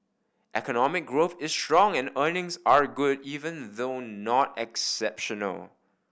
economic growth is strong and earnings are good even though not exceptional